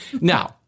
now